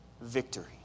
victory